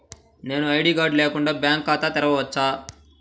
నేను ID card లేకుండా bank ఖాతా తెరవచ్చా?